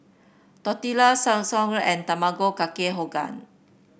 Tortillas and Tamago Kake